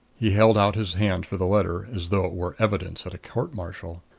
he held out his hand for the letter, as though it were evidence at a court-martial.